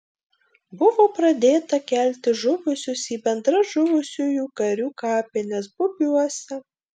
buvo pradėta kelti žuvusius į bendras žuvusiųjų karių kapines bubiuose